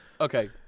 Okay